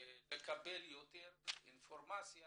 לקבל יותר אינפורמציה